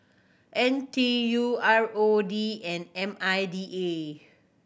N T U R O D and M I D A